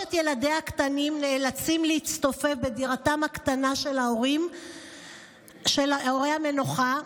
שלושת ילדיה הקטנים נאלצים להצטופף בדירתם הקטנה של הורי המנוחה,